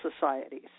Societies